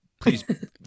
Please